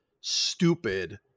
stupid